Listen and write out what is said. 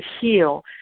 heal